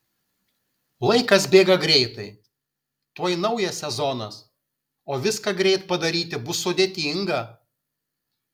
laikas bėga greitai tuoj naujas sezonas o viską greit padaryti bus sudėtinga